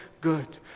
good